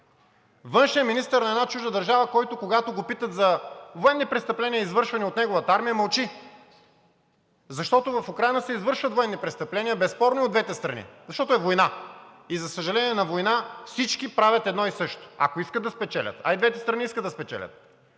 Външният министър на една чужда държава, който, когато го питат за военни престъпления, извършвани от неговата армия – мълчи, защото в Украйна се извършват военни престъпления – безспорно и от двете страни, защото е война! За съжаление, на война всички правят едно и също, ако искат да спечелят, а и двете страни искат да спечелят.